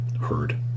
heard